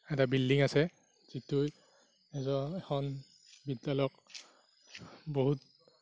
এটা বিল্ডিং আছে যিটো এজন এখন বিদ্যালয়ক বহুত